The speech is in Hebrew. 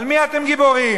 על מי אתם גיבורים?